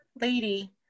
lady